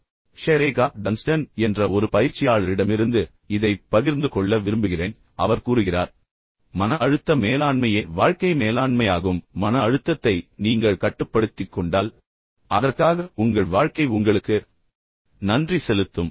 ஒரு கடைசி குறிப்பாக இந்த ஷெரேகா டன்ஸ்டன் என்ற ஒரு பயிற்சியாளரிடமிருந்து இதைப் பகிர்ந்து கொள்ள விரும்புகிறேன் அவர் கூறுகிறார் மன அழுத்த மேலாண்மையே உண்மையில் வாழ்க்கை மேலாண்மையாகும் உங்கள் மன அழுத்தத்தை நீங்கள் கட்டுப்படுத்திக் கொண்டால் அதற்காக உங்கள் வாழ்க்கை உங்களுக்கு நன்றி செலுத்தும்